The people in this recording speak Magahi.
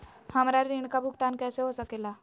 हमरा ऋण का भुगतान कैसे हो सके ला?